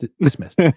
Dismissed